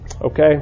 Okay